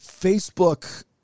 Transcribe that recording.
Facebook